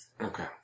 Okay